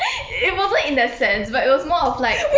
it wasn't in that sense but it was more of like